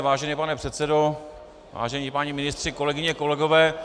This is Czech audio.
Vážený pane předsedo, vážení páni ministři, kolegyně, kolegové.